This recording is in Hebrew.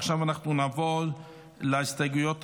עכשיו נעבור להסתייגויות הבאות.